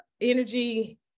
energy